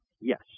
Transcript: Yes